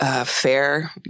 Fair